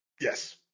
Yes